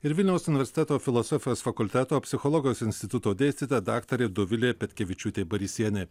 ir vilniaus universiteto filosofijos fakulteto psichologijos instituto dėstytoja daktarė dovilė petkevičiūtė barysienė